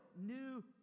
new